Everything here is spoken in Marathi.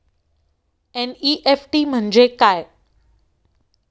एन.इ.एफ.टी म्हणजे काय?